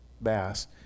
bass